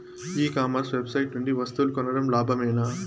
ఈ commerce website నుండి వస్తువులు కొనడం లాభమేనా?